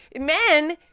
men